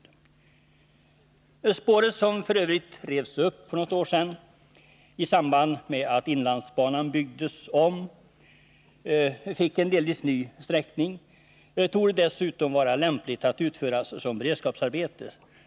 Byggandet av spåret — som f. ö. revs upp för något år sedan i samband med att inlandsbanan byggdes om och fick en delvis ny sträckning — torde dessutom vara lämpligt att utföra såsom beredskapsarbete.